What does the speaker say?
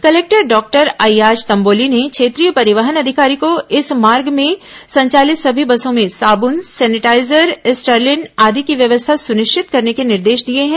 collector doctor Ayyaz Tamboli ने क्षेत्रीय परिवहन अधिकारी को इस मार्ग में संचालित समी बसो में साबुन सेनेटाईजर स्टरलीन आदि की व्यवस्था सुनिश्चित करने के निर्देश दिए हैं